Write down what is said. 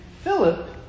Philip